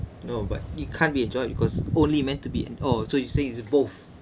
no but it can't be enjoyed because only meant to be an oh so you say is a both